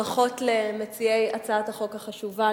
ברכות למציעי הצעת החוק החשובה.